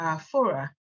fora